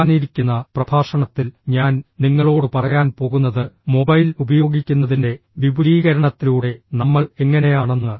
വരാനിരിക്കുന്ന പ്രഭാഷണത്തിൽ ഞാൻ നിങ്ങളോട് പറയാൻ പോകുന്നത് മൊബൈൽ ഉപയോഗിക്കുന്നതിന്റെ വിപുലീകരണത്തിലൂടെ നമ്മൾ എങ്ങനെയാണെന്ന്